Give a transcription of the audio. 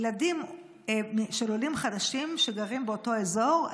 ילדים של עולים חדשים שגרים באותו אזור,